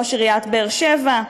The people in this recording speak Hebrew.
ראש עיריית באר שבע,